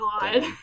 god